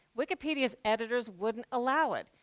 wikipedia's editors wouldn't allow it.